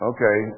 Okay